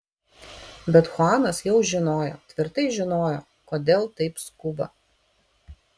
bet chuanas jau žinojo tvirtai žinojo kodėl taip skuba